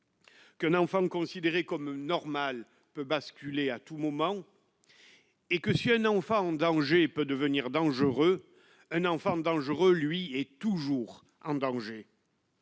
que naît en considérée comme normale peut basculer à tout moment et que si un enfant en danger peut devenir dangereux, un enfant dangereux, lui, est toujours en danger.